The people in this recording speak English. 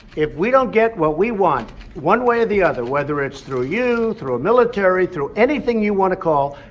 if we don't get what we want one way or the other, whether it's through you, through a military, through anything you want to call,